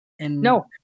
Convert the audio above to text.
No